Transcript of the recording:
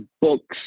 books